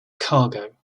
cargo